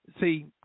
See